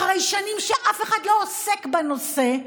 אחרי שנים שאף אחד לא עוסק בנושא,